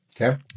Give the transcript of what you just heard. Okay